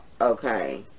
Okay